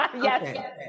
Yes